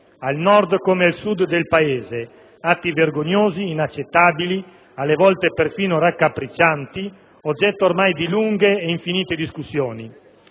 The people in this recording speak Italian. al Nord come al Sud del Paese. Sono atti vergognosi, inaccettabili, alle volte perfino raccapriccianti, oggetto ormai di lunghe ed infinite discussioni.